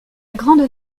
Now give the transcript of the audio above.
grande